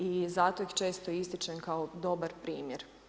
I zato ih često ističem kao dobar primjer.